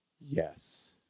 Yes